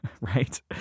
right